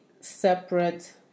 separate